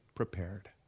Prepared